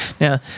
Now